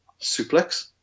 suplex